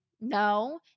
no